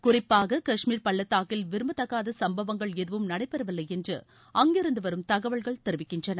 குறிப்பாக காஷ்மீர் பள்ளத்தூக்கில் விரும்பத்தகாத சம்பவங்கள் எதுவும் நடைபெறவில்லை என்று அங்கிருந்து வரும் தகவல்கள் தெரிவிக்கின்றன